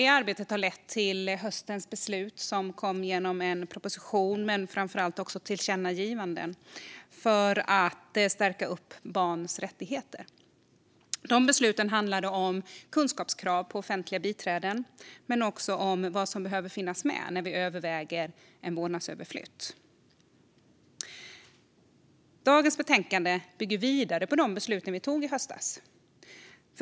Det arbetet har lett till höstens beslut, som kom till genom en proposition och framför allt också genom tillkännagivanden, för att stärka barns rättigheter. De besluten handlade om kunskapskrav på offentliga biträden och om vad som behöver finnas med när vi överväger en vårdnadsöverflytt. Dagens betänkande bygger vidare på de beslut vi tog i höstas.